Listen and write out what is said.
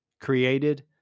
created